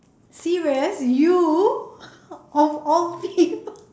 serious you of all people